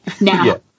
Now